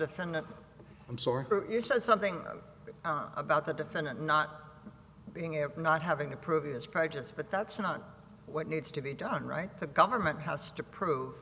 later i'm sorry you said something about the defendant not being as not having a previous projects but that's not what needs to be done right the government house to prove